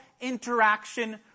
interaction